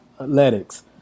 athletics